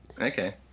Okay